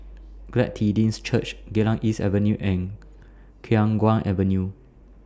Glad Tidings Church Geylang East Avenue and Khiang Guan Avenue